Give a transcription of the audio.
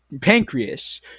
pancreas